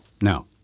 Now